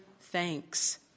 thanks